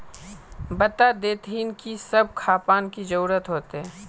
बता देतहिन की सब खापान की जरूरत होते?